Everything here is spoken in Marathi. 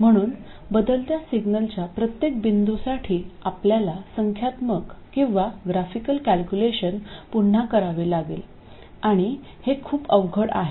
म्हणून बदलत्या सिग्नलच्या प्रत्येक बिंदूसाठी आपल्याला संख्यात्मक किंवा ग्राफिकल कॅल्क्युलेशन पुन्हा करावे लागेल आणि हे खूप अवघड आहे